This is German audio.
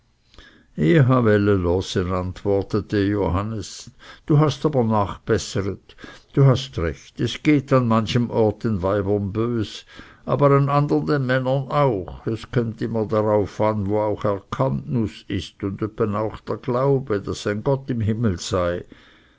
antwortete johannes du hast aber nachebesseret du hast recht es geht an manchem ort den weibern bös aber an andern den männern auch es kömmt immer darauf an wo auch erkanntnus ist und öppe auch der glaube daß ein gott im himmel sei